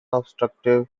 obstructive